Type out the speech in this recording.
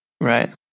Right